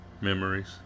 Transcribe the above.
memories